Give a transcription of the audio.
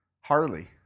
Harley